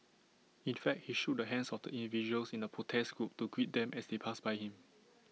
in fact he shook the hands of individuals in the protest group to greet them as they passed by him